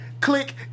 click